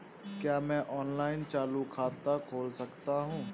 क्या मैं ऑनलाइन चालू खाता खोल सकता हूँ?